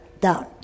down